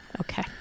Okay